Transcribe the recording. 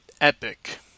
epic